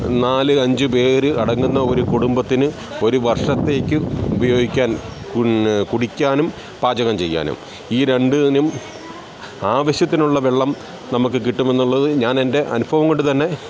നാലഞ്ച് പേരടങ്ങുന്ന ഒരു കുടുംബത്തിന് ഒരു വർഷത്തേക്ക് ഉപയോഗിക്കാൻ കുടിക്കാനും പാചകം ചെയ്യാനും ഈ രണ്ടിനും ആവശ്യത്തിനുള്ള വെള്ളം നമുക്ക് കിട്ടുമെന്നുള്ളത് ഞാൻ എൻ്റെ അനുഫവം കൊണ്ടുതന്നെ